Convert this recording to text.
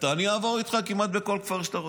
אני אעבור איתך כמעט בכל כפר שאתה רוצה.